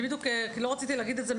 אני בדיוק לא רציתי להגיד את זה,